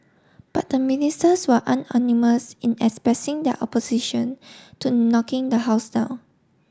but the Ministers were unanimous unanimous in expressing their opposition to knocking the house down